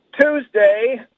Tuesday